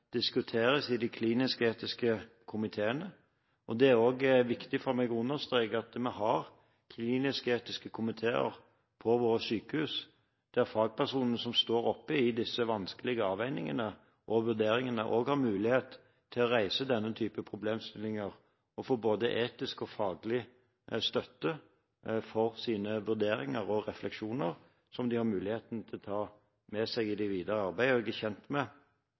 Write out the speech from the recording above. diskuteres i de klinisk-etiske komiteene. Det er også viktig for meg å understreke at vi har klinisk-etiske komiteer på våre sykehus, der fagpersonene som står oppe i disse vanskelige avveiningene og vurderingene, har mulighet til å reise denne typen problemstillinger og få både etisk og faglig støtte for sine vurderinger og refleksjoner, som de har muligheten til å ta med seg i det videre arbeidet. Jeg er kjent med